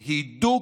הידוק.